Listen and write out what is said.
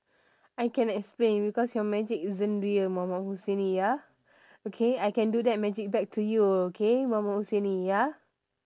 I can explain because your magic isn't real muhammad husaini ya okay I can do that magic back to you okay muhammad husaini ya